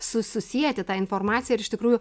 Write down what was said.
su susieti tą informaciją ir iš tikrųjų